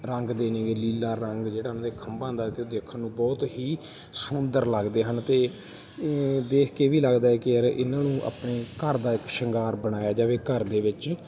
ਰੰਗ ਦੇ ਨੇਗੇ ਨੀਲਾ ਰੰਗ ਜਿਹੜਾ ਉਹਨਾਂ ਦੇ ਖੰਭਾਂ ਦਾ ਅਤੇ ਉਹ ਦੇਖਣ ਨੂੰ ਬਹੁਤ ਹੀ ਸੁੰਦਰ ਲੱਗਦੇ ਹਨ ਅਤੇ ਦੇਖ ਕੇ ਵੀ ਲੱਗਦਾ ਕਿ ਯਾਰ ਇਹਨਾਂ ਨੂੰ ਆਪਣੇ ਘਰ ਦਾ ਇੱਕ ਸ਼ਿੰਗਾਰ ਬਣਾਇਆ ਜਾਵੇ ਘਰ ਦੇ ਵਿੱਚ